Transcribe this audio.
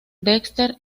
dexter